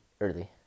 early